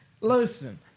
listen